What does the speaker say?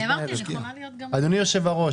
אדוני היושב ראש,